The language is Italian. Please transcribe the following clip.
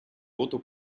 voto